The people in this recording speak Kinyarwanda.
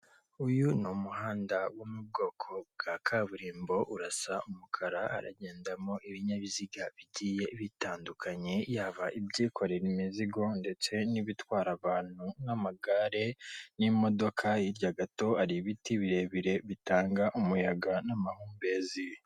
Uyu ni umuhanda wo mu bwoko bwa kaburimbo urasa umukara aragendamo ibinyabiziga bigiye bitandukanye yaba ibyikorera imizigo ndetse n'ibitwara abantu n'amagare, n'imodoka hirya gato ari ibiti birebire bitanga umuyaga n'amahumbezi.